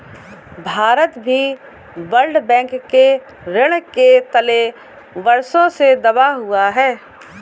भारत भी World Bank के ऋण के तले वर्षों से दबा हुआ है